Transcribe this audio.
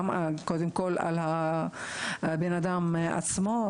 גם קודם כל על הבן-אדם עצמו,